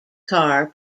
car